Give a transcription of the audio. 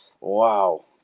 wow